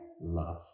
love